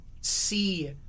see